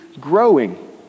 growing